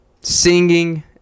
singing